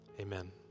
Amen